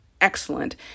Excellent